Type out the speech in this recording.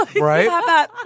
Right